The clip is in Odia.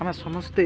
ଆମେ ସମସ୍ତେ